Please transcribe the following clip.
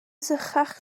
sychach